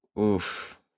oof